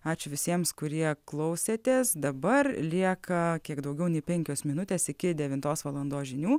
ačiū visiems kurie klausėtės dabar lieka kiek daugiau nei penkios minutės iki devintos valandos žinių